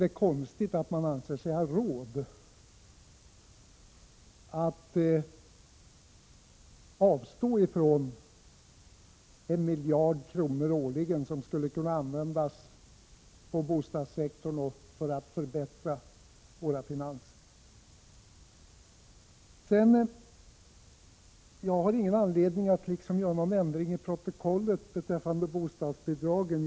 Det är konstigt att man anser sig ha råd att årligen avstå från 1 miljard kronor, som skulle kunna användas på bostadssektorn och för att förbättra statens finanser. Jag har ingen anledning att göra någon ändring i protokollet beträffande bostadsbidragen.